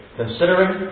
considering